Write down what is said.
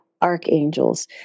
archangels